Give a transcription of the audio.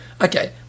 Okay